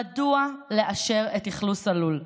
מדוע לאשר את אכלוס הלול?